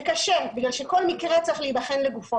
זה קשה, בגלל שכל מקרה צריך להבחן לגופו.